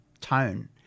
tone